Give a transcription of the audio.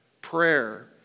Prayer